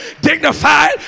dignified